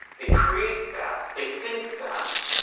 they create fast. they think fast.